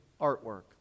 artwork